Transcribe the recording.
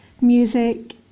music